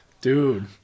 dude